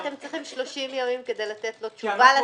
אתם צריכים 30 ימים כדי לתת לו תשובה.